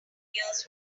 years